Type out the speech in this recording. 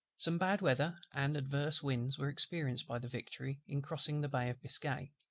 some bad weather and adverse winds were experienced by the victory in crossing the bay of biscay,